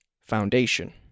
foundation